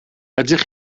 ydych